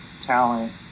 talent